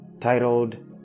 titled